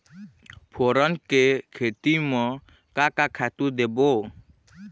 फोरन के खेती म का का खातू देबो?